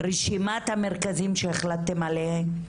רשימת המרכזים שהחלטתם עליהם,